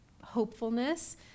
hopefulness